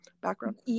background